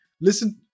Listen